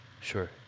Sure